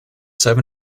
seven